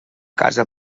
casa